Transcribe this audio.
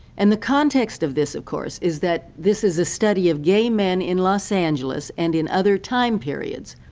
and the context of this, of course, is that this is a study of gay men in los angeles and in other times periods,